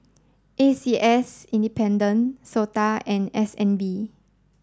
A C S independent SOTA and S N B